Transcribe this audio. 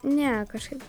ne kažkaip